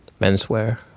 menswear